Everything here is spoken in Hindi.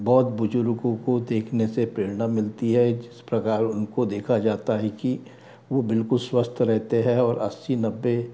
बहुत बुजुर्गों को देखने से प्रेरणा मिलती है जिस प्रकार उनको देखा जाता है कि वो बिल्कुल स्वस्थ रहते हैं और अस्सी नब्बे